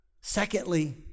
Secondly